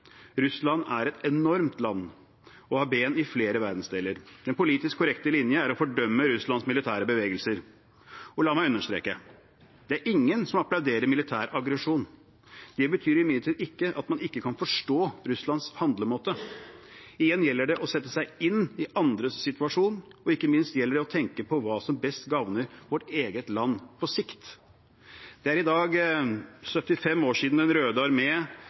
Russland er et enormt land og har ben i flere verdensdeler. Den politisk korrekte linje er å fordømme Russlands militære bevegelser. Og la meg understreke: Det er ingen som applauderer militær aggresjon. Det betyr imidlertid ikke at man ikke kan forstå Russlands handlemåte. Igjen gjelder det å sette seg inn i andres situasjon, og ikke minst gjelder det å tenke på hva som best gagner vårt eget land på sikt. Det er i år 75 år siden